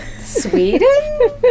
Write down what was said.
Sweden